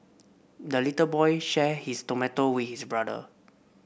the little boy shared his tomato with his brother